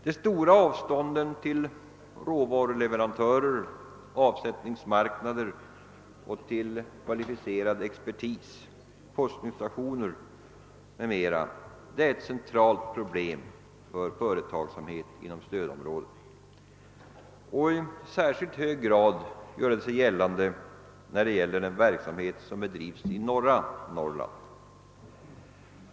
De stora avstånden till råvaruleverantörer, avsättningsmarknader, kvalificerad expertis, forskningsstationer m.m. är ett centralt problem för företagsamheten inom stödområdet, och i särskilt hög grad gör sig detta gällande för den verksamhet som bedrives i norra Norrland.